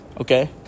Okay